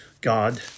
God